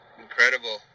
Incredible